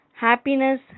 happiness